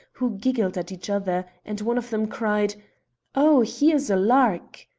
who giggled at each other, and one of them cried oh, here's a lark!